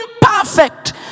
perfect